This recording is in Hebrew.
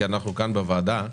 אנחנו כאן בוועדה,